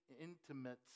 intimates